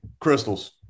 crystals